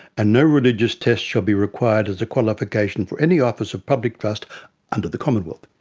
and no religious test shall be required as a qualification for any office of public trust under the commonwealth.